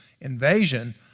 invasion